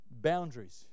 boundaries